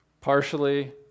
partially